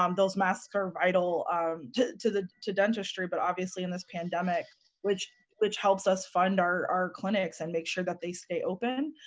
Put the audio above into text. um those masks are vital to the to dentistry but, obviously, in this pandemic which which helps us fund our our clinics and make sure that they stay open.